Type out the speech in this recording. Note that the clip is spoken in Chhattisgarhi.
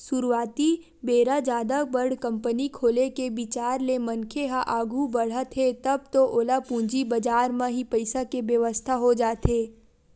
सुरुवाती बेरा जादा बड़ कंपनी खोले के बिचार ले मनखे ह आघू बड़हत हे तब तो ओला पूंजी बजार म ही पइसा के बेवस्था हो जाथे